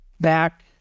back